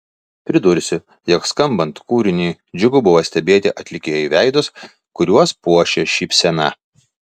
pridursiu jog skambant kūriniui džiugu buvo stebėti atlikėjų veidus kuriuos puošė šypsena